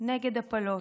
נגד הפלות,